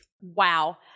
Wow